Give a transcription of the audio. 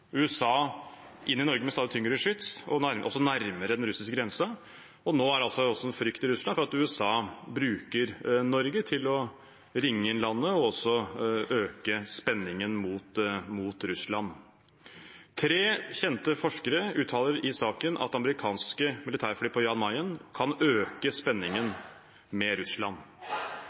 USA inn i Norge med stadig tyngre skyts og også nærmere den russiske grensen, og nå er det altså en frykt i Russland for at USA bruker Norge til å ringe inn landet og også øke spenningen mot Russland. Tre kjente forskere uttaler i saken at amerikanske militærfly på Jan Mayen kan øke spenningen med Russland.